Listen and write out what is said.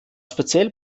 speziell